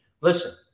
Listen